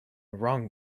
wrong